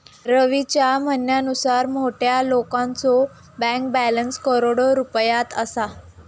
रवीच्या म्हणण्यानुसार मोठ्या लोकांचो बँक बॅलन्स करोडो रुपयात असा